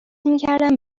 میکردم